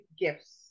gifts